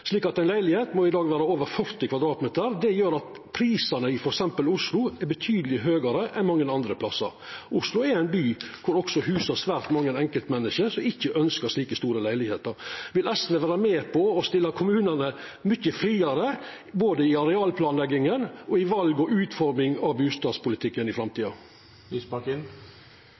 slik at ei leilegheit i dag må vera på over 40 m 2 . Det gjer at prisane i f.eks. Oslo er betydeleg høgare enn mange andre plassar. Oslo er ein by som husar svært mange enkeltmenneske som ikkje ønskjer slike store leilegheiter. Vil SV vera med på å stilla kommunane mykje friare både i arealplanlegginga og i val og utforming av bustadpolitikken i framtida?